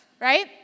right